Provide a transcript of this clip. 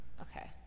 Okay